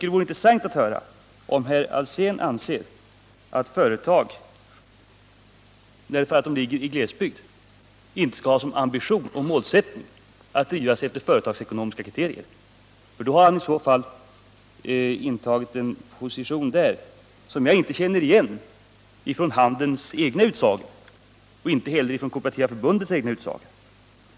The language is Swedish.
Det vore intressant att höra om herr Alsén anser att företag, därför att de ligger i glesbygd, inte skall ha som ambition och målsättning att drivas efter företagsekonomiska kriterier. I så fall har herr Alsén intagit en position som jag inte känner igen från handelns egna utsagor och inte heller från Kooperativa förbundets egna utsagor.